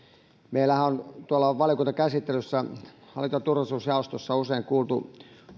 meillähän on valiokuntakäsittelyssä hallinto ja turvallisuusjaostossa usein kuultu